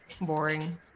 boring